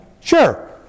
Sure